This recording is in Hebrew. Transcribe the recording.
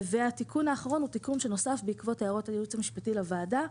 והתיקון האחרון הוא תיקון שנוסף בעקבות הערות היועץ המשפטי לוועדה,